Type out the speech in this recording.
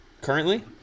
currently